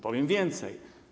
Powiem więcej.